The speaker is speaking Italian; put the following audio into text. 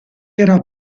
era